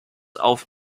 auf